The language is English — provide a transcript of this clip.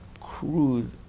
crude